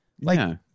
like-